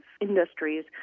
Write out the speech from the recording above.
industries